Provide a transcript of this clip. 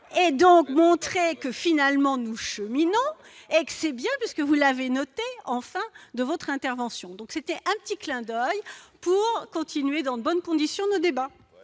et donc montrer que finalement nous cheminons ex-hé bien puisque vous l'avez noté enfin de votre intervention, donc c'était un petit clin d'oeil pour continuer dans de bonnes conditions de débats.